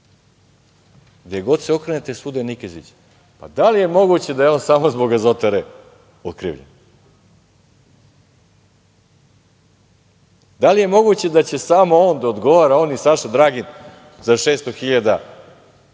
god se okrenete, svuda je Nikezić. Da li je moguće da je on samo zbog Azotare okrivljen? Da li je moguće da će samo on da odgovara, on i Saša Dragin, za 600.000